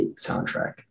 soundtrack